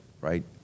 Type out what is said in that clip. right